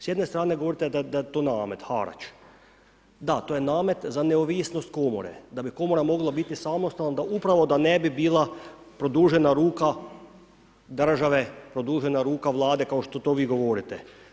S jedne stran govorite da je to namet, harač, da to je namet za neovisnost komore, da bi Komora mogla biti samostalna, upravo da ne bi bila produžena ruka države, produžena ruka Vlade kao što to vi govorite.